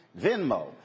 Venmo